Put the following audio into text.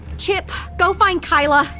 chip, go find keila.